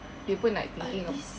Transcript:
dia pun like thinking of